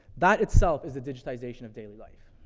that itself is a digitization of daily life.